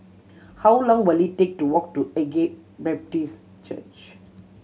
how long will it take to walk to Agape Baptist Church